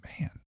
man